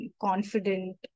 confident